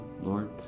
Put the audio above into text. Lord